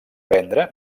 vendre